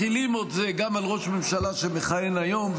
מחילים את זה גם על ראש ממשלה שמכהן היום,